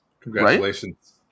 Congratulations